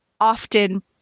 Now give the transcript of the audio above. often